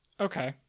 Okay